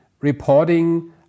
reporting